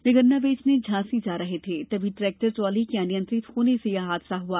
वे गन्ना बेचने झांसी जा रहे थे तभी ट्रेक्टर ट्रॉली के अनियंत्रित होने से यह हादसा हुआ